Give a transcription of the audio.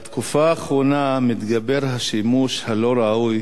בתקופה האחרונה מתגבר השימוש הלא-ראוי